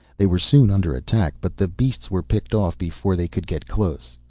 they were soon under attack, but the beasts were picked off before they could get close.